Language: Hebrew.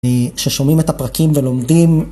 אה.. כששומעים את הפרקים ולומדים...